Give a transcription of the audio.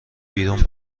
بیرون